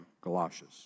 galoshes